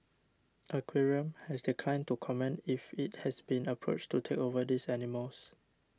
aquarium has declined to comment if it has been approached to take over these animals